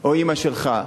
או אמא שלך.